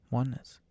oneness